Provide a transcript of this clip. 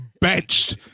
benched